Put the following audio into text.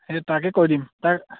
সেই তাকে কৈ দিম তাক